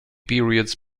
periods